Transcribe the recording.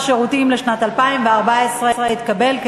לשנת הכספים 2014. מי בעד,